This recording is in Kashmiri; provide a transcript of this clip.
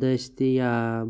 دٔستیاب